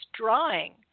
drawing